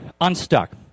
unstuck